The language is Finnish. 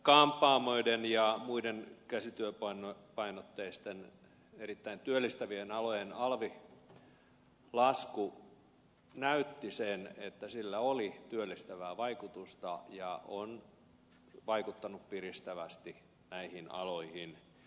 kampaamoiden ja muiden käsityöpainotteisten erittäin työllistävien alojen alvin lasku näytti sen että sillä oli työllistävää vaikutusta ja se on vaikuttanut piristävästi näihin aloihin